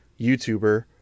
youtuber